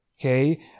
okay